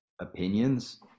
opinions